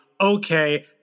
Okay